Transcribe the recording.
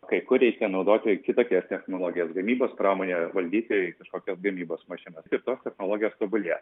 kai kur reikia naudoti kitokias technologijas gamybos pramonėje valdyti kažkokias gamybos mašinas ir tos technologijos tobulėja